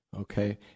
Okay